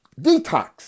detox